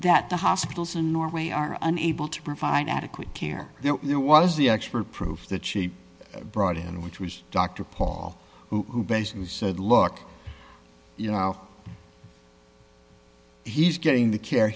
that the hospitals in norway are unable to provide adequate care then there was the expert proof that she brought in which was dr paul who basically said look you know he's getting the care